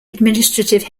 administrative